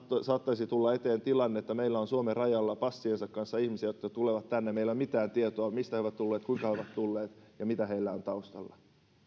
saattaisi tulla eteen tilanne että meillä on suomen rajalla passiensa kanssa ihmisiä jotka tulevat tänne ja meillä ei ole mitään tietoa mistä he ovat tulleet kuinka he ovat tulleet ja mitä heillä on taustalla